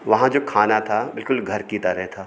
वहाँ जो खाना था बिल्कुल घर की तरह था